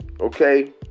okay